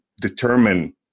determine